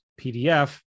PDF